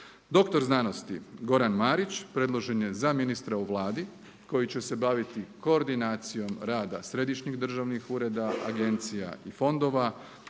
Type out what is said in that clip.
Dr. znanosti Goran Marić predložen je za ministra u Vladi koji će se baviti koordinacijom rada središnjih državnih ureda, agencija i fondova,